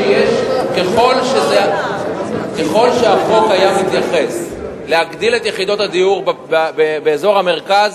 שככל שהחוק היה מתייחס להגדלת מספר יחידות הדיור באזור המרכז,